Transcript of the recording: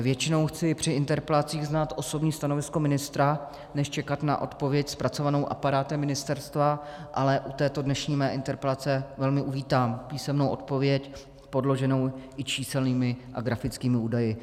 Většinou chci při interpelacích znát osobní stanovisko ministra než čekat na odpověď zpracovanou aparátem ministerstva, ale u této dnešní mé interpelace velmi uvítám písemnou odpověď podloženou i číselnými a grafickými údaji.